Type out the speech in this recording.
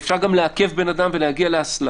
כשאפשר גם לעכב בן אדם ולהגיע להסלמה.